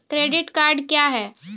Credit card क्या हैं?